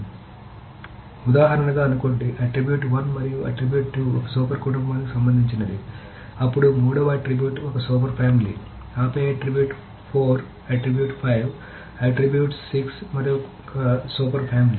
కాబట్టి ఉదాహరణగా అనుకోండి ఆట్రిబ్యూట్ 1 మరియు ఆట్రిబ్యూట్ 2 ఒక సూపర్ కుటుంబానికి సంబంధించినది అప్పుడు 3 వ ఆట్రిబ్యూట్ ఒక సూపర్ ఫ్యామిలీ ఆపై ఆట్రిబ్యూట్ 4 ఆట్రిబ్యూట్ 5 ఆట్రిబ్యూట్ 6 మరొక సూపర్ ఫ్యామిలీ